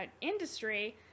industry